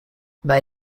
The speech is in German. bei